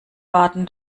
warten